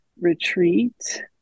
retreat